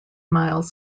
miles